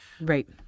Right